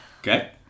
Okay